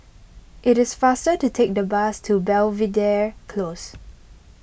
it is faster to take the bus to Belvedere Close